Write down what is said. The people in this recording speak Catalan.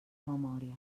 memòria